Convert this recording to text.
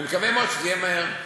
אני מקווה מאוד שזה יהיה מהר.